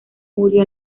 murió